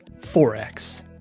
Forex